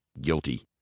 Guilty